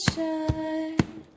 shine